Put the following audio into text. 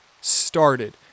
started